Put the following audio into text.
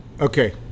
okay